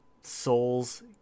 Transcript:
souls